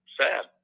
sad